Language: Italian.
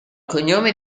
cognome